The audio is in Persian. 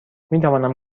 میتوانم